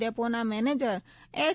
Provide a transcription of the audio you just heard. ડેપોના manager H